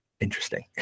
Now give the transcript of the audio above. interesting